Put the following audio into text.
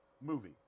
movie